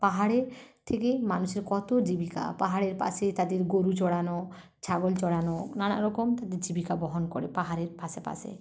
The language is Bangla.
পাহাড়ের থেকে মানুষের কত জীবিকা পাহাড়ের পাশে তাদের গরু চড়ানো ছাগল চড়ানো নানারকম তাদের জীবিকা বহন করে পাহাড়ের পাশে পাশে